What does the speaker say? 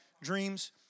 dreams